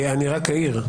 אני רק אעיר,